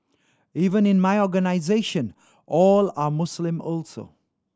even in my organisation all are Muslim also